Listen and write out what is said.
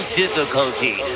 difficulty